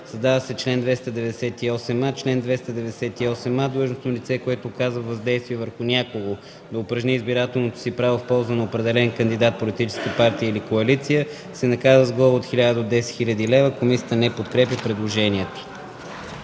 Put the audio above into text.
Създава се чл. 298а: „Чл. 298а. Длъжностно лице, което оказва въздействие върху някого да упражни избирателното си право в полза на определен кандидат, политическа партия или коалиция, се наказва с глоба от 1000 до 10 000 лева.” Комисията не подкрепя предложението.